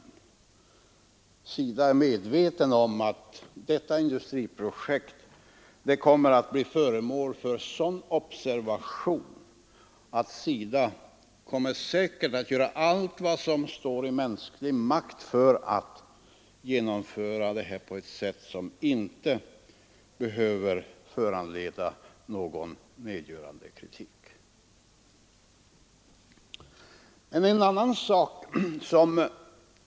Hos SIDA är man medveten om att detta industriprojekt kommer att bli föremål för sådan observation att man säkert skall göra allt vad som står i mänsklig makt för att genomföra projektet på ett sätt som inte behöver föranleda någon nedgörande kritik.